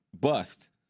bust